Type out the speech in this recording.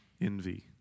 envy